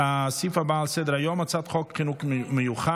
אני קובע כי החלטת ועדת החוקה,